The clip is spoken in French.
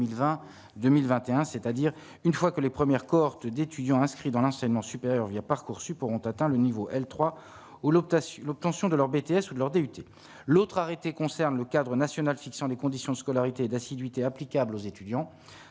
c'est-à-dire une fois que les premières cohortes d'étudiants inscrits dans l'enseignement supérieur via Parcoursup auront atteint le niveau L3 ou autre, assure l'obtention de leur BTS ou de leur DUT, l'autre arrêté concerne le cadre national fixant les conditions de scolarité d'assiduité applicable aux étudiants,